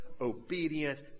obedient